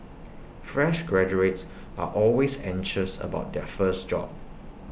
fresh graduates are always anxious about their first job